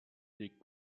legt